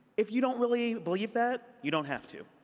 if you don't really believe that, you don't have to.